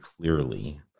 clearly